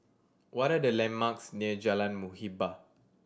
what are the landmarks near Jalan Muhibbah